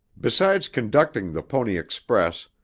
besides conducting the pony express,